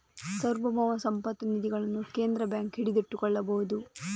ಸಾರ್ವಭೌಮ ಸಂಪತ್ತು ನಿಧಿಗಳನ್ನು ಕೇಂದ್ರ ಬ್ಯಾಂಕ್ ಹಿಡಿದಿಟ್ಟುಕೊಳ್ಳಬಹುದು